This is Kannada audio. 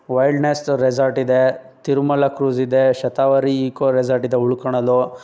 ವೈಲ್ಡ್ನೆಸ್ ರೆಸಾರ್ಟ್ ಇದೆ ತಿರುಮಲ ಕ್ರೂಸ್ ಇದೆ ಶತಾವರಿ ಇಕೋ ರೆಸಾರ್ಟ್ ಇದೆ ಉಳ್ಕೊಳಲು